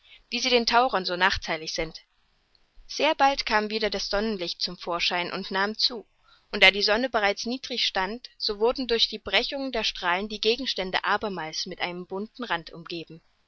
wie sie den tauchern so nachtheilig sind sehr bald kam wieder das sonnenlicht zum vorschein und nahm zu und da die sonne bereits niedrig stand so wurden durch die brechung der strahlen die gegenstände abermals mit einem bunten rand umgeben